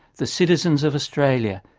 the citizens of australia,